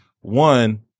One